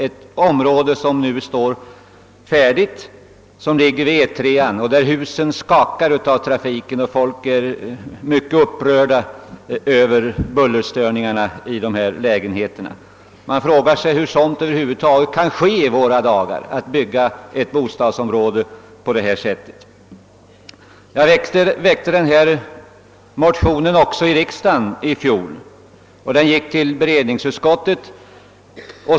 Där står nu ett bostadsområde färdigt alldeles intill E 3. Husen skakar av trafiken och de som bor där är mycket upprörda över bullerstörningarna i lägenheterna. Hur kan det över huvud taget få förekomma i våra dagar, att ett bostadsområde byggs på detta sätt? Jag väckte även i riksdagen i fjol en motion i denna fråga, som behandlades av allmänna beredningsutskottet.